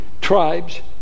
tribes